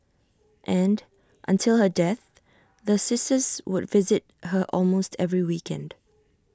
and until her death the sisters would visit her almost every weekend